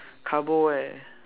carbo eh